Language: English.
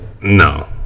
No